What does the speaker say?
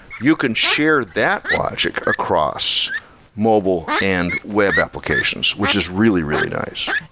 you can share that logic across mobile and web applications, which is really, really nice.